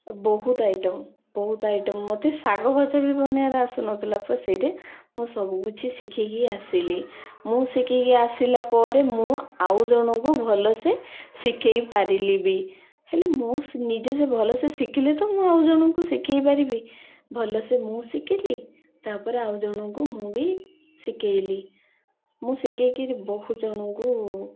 ବହୁତ ଆଇଟମ୍ ବହୁତ ଆଇଟମ୍ ମୋତେ ଶାଗ ଭଜା ବି ବନାଇବାର ଆସୁନଥିଲା ସେଇଠି ମୁଁ ସବୁକିଛି ଶିଖିକି ଆସିଲି ମୁଁ ଶିଖିକି ଆସିଲା ପରେ ମୁଁ ଆଉ ଜଣଙ୍କୁ ଭଲସେ ଶିଖାଇ ପାରିଲି ବି ହେଲେ ମୁଁ ନିଜେ ଭଲସେ ଶିଖିଲେ ତ ମୁଁ ଆଉ ଜଣଙ୍କୁ ଶିଖାଇ ପାରିବି ଭଲସେ ମୁଁ ଶିଖିଲି ତାପରେ ଆଉ ଜଣଙ୍କୁ ମୁଁ ବି ଶିଖାଇଲି ମୁଁ ଶିଖାଇକିରି ବହୁତ ଜଣଙ୍କୁ